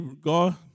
God